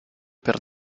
per